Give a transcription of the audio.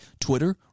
Twitter